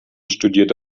studierte